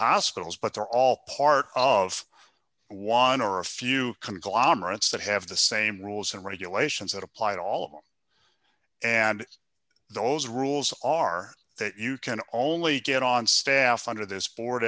hospitals but they're all part of one or a few conglomerates that have the same rules and regulations that apply to all of them and those rules are that you can only get on staff under this board